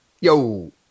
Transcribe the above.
yo